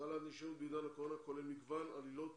גל האנטישמיות בעידן הקורונה כולל מגוון עלילות